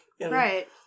Right